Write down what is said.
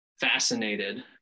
fascinated